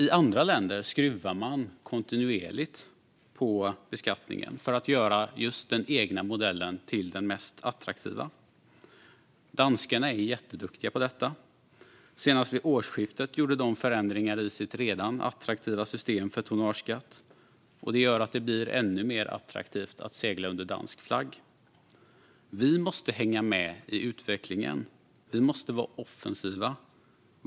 I andra länder skruvar man kontinuerligt på beskattningen för att göra just den egna modellen till den mest attraktiva. Danskarna är jätteduktiga på detta. Senast vid årsskiftet gjorde de förändringar i sitt redan attraktiva system för tonnageskatt. Det gör att det blir ännu mer attraktivt att segla under dansk flagg. Vi måste hänga med i utvecklingen. Vi måste vara offensiva.